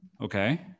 Okay